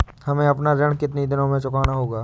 हमें अपना ऋण कितनी दिनों में चुकाना होगा?